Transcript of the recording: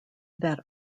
that